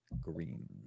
green